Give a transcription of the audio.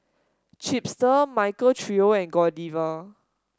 Chipster Michael Trio and Godiva